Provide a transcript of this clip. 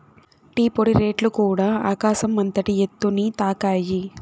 tea పొడి రేట్లుకూడ ఆకాశం అంతటి ఎత్తుని తాకాయి